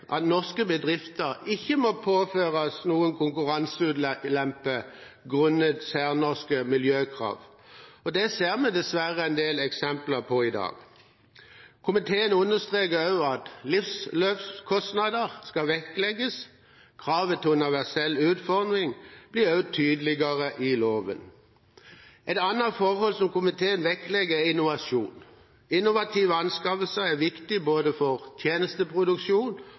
at norske bedrifter ikke må påføres noen konkurranseulempe grunnet særnorske miljøkrav. Dette ser vi dessverre en del eksempler på i dag. Komiteen understreker også at livsløpskostnader skal vektlegges. Kravet til universell utforming blir også tydeligere i loven. Et annet forhold som komiteen vektlegger, er innovasjon. Innovative anskaffelser er viktig både for